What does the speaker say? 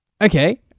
Okay